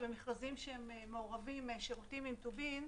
במכרזים שהם מעורבים שירותים עם טובין.